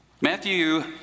matthew